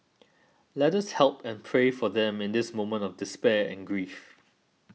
let us help and pray for them in this moment of despair and grief